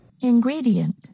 Ingredient